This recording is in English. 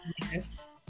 Yes